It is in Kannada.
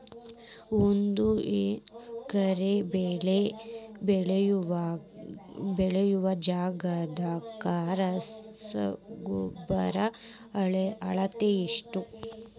ಒಂದ್ ಎಕರೆ ಬೆಳೆ ಬೆಳಿಯೋ ಜಗದಾಗ ರಸಗೊಬ್ಬರದ ಅಳತಿ ಎಷ್ಟು?